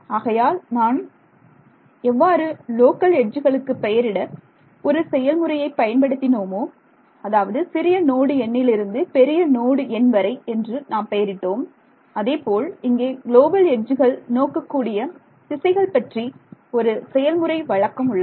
ஆகையால் நான் எவ்வாறு லோக்கல் எட்ஜுகளுக்கு பெயரிட ஒரு செயல்முறை பயன்படுத்தினோமோ அதாவது சிறிய நோடு எண்ணிலிருந்து பெரிய நோடு எண் வரை என்று நாம் பெயரிட்டோம் அதேபோல் இங்கே குளோபல் எட்ஜுகள் நோக்கக் கூடிய திசைகள் பற்றி ஒரு செயல்முறை வழக்கம் உள்ளது